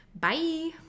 Bye